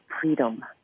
freedom